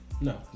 no